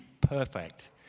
perfect